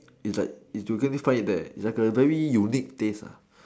it's like it's you can't even find it there that there's a very unique taste ah